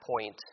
point